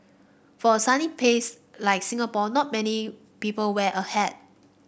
for a sunny place like Singapore not many people wear a hat